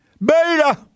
Beta